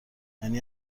یعنی